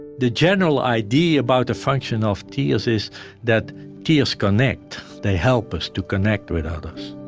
the general idea about the function of tears is that tears connect. they help us to connect with others